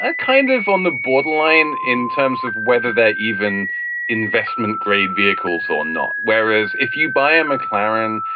ah kind of on the borderline in terms of whether they're even investment grade vehicles or not. whereas if you buy a mclaren,